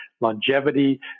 longevity